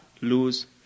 lose